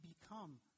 become